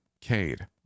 Cade